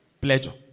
pleasure